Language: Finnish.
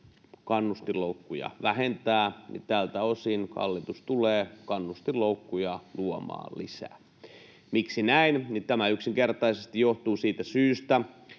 kannustinloukkuja vähentää, niin tältä osin hallitus tulee kannustinloukkuja luomaan lisää. Miksi näin? Tämä yksinkertaisesti johtuu siitä syystä,